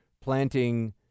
planting